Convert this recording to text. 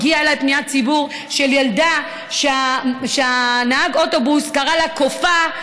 הגיעה אליי פניית ציבור של ילדה שנהג האוטובוס קרא לה "קופה",